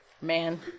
man